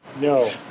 No